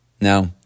Now